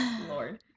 Lord